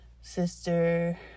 Sister